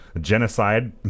genocide